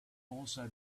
also